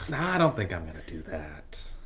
i don't think i'm going to do that.